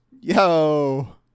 Yo